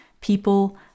people